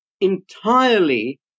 entirely